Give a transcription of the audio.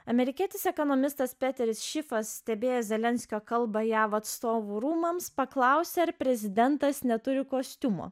amerikietis ekonomistas peteris šifas stebėjo zelenskio kalba jav atstovų rūmams paklausė ar prezidentas neturi kostiumo